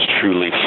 truly